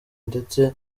ndetse